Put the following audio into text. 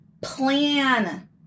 plan